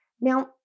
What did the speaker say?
Now